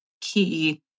key